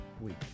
week